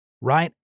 Right